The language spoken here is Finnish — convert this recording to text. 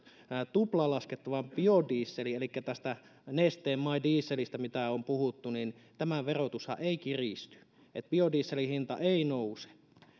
tuplalaskettavan biodieselin eli tämän nesteen my dieselin mistä on puhuttu verotushan ei kiristy niin että biodieselin hinta ei nouse